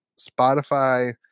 spotify